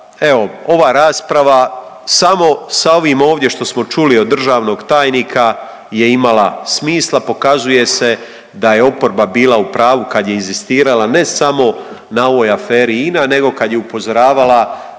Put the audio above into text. evo ova rasprava samo sa ovim ovdje što smo čuli od državnog tajnika je imala smisla, pokazuje se da je oporba bila u pravu kad je inzistirala ne samo na ovoj aferi INA nego kad je upozoravala